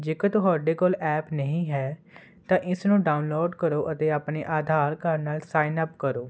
ਜੇਕਰ ਤੁਹਾਡੇ ਕੋਲ ਐਪ ਨਹੀਂ ਹੈ ਤਾਂ ਇਸ ਨੂੰ ਡਾਊਨਲੋਡ ਕਰੋ ਅਤੇ ਆਪਣੇ ਆਧਾਰ ਕਾਰਡ ਨਾਲ ਸਾਈਨ ਅਪ ਕਰੋ